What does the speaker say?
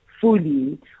fully